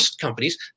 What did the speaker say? companies